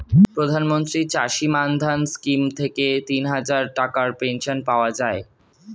প্রধানমন্ত্রী চাষী মান্ধান স্কিম থেকে তিনহাজার টাকার পেনশন পাওয়া যায়